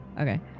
Okay